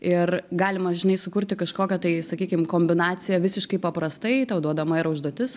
ir galima žinai sukurti kažkokią tai sakykim kombinaciją visiškai paprastai tau duodama yra užduotis